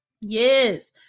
Yes